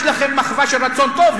יש לכם מחווה של רצון טוב,